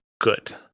good